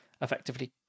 effectively